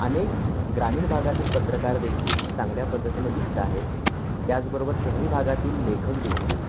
अनेक ग्रामीण भागातील पत्रकार देखील चांगल्या पद्धतीने लिहित आहेत त्याचबरोबर शहरी भागातील लेखक देखील